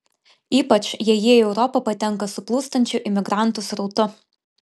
ypač jei jie į europą patenka su plūstančiu imigrantų srautu